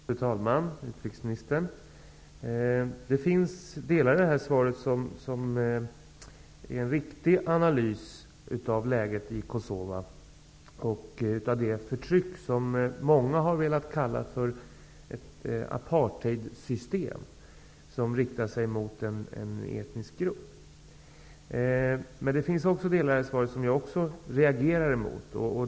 Fru talman! Utrikesministern! Det finns delar i det här svaret som är en riktig analys av läget i Kosova och av det förtryck, som många har velat kalla för ett apartheidsystem, som riktar sig mot en etnisk grupp. Men det finns också delar i svaret som jag reagerar emot.